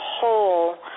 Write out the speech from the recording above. whole